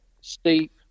steep